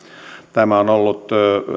tämä on ollut